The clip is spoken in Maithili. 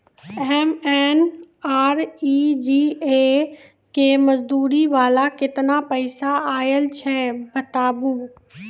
एम.एन.आर.ई.जी.ए के मज़दूरी वाला केतना पैसा आयल छै बताबू?